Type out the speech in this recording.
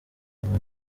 ubu